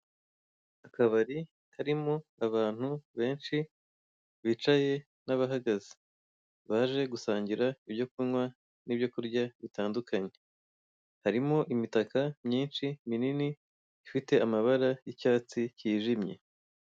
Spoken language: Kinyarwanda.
Akabari karimo abantu benshi bicaye n'abahagaze baje gusangira ibyo kunywa n'ibyo kurya bitandukanye, harimo imitaka myinshi minini ifite amabara y'icyatsi kijimye.